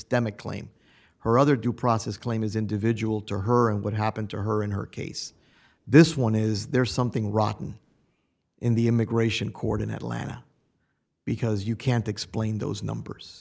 demick claim her other due process claim is individual to her and what happened to her in her case this one is there's something rotten in the immigration court in atlanta because you can't explain those numbers